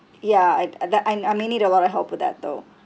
ya I I that I may need a lot of help for that though